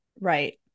right